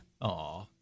Aw